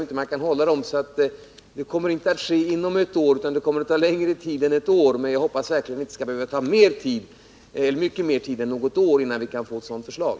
Därför kan jag säga att detta inte kommer att ske inom ett år utan kan ta längre tid. Men jag hoppas verkligen att det inte skall behöva ta mycket längre tid än något år innan vi kan få ett sådant förslag.